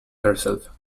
herself